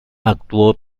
actuó